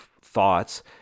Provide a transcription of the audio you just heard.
thoughts